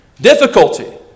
Difficulty